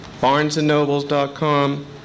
BarnesandNobles.com